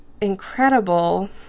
incredible